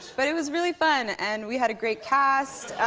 but it was really fun, and we had a great cast.